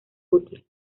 útil